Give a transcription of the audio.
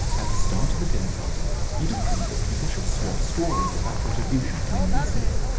at the start of a dinner party he decreed that people should swap stories about what had been happening recently,